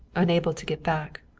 unable to get back.